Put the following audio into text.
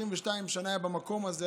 22 שנה הוא היה במקום הזה.